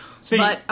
See